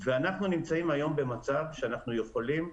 ואנחנו נמצאים היום במצב שאנחנו יכולים,